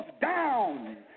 down